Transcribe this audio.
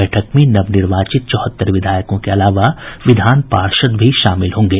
बैठक में नवनिर्वाचित चौहत्तर विधायकों के अलावा विधान पार्षद भी शामिल होंगे